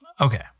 Okay